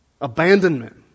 Abandonment